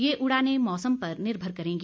ये उड़ानें मौसम पर निर्मर करेंगी